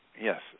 Yes